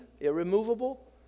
irremovable